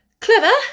clever